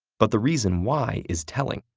but the reason why is telling.